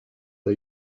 the